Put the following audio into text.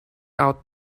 out